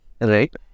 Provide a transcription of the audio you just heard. Right